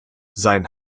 sein